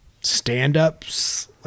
stand-ups